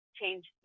change